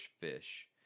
fish